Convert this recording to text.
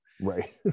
right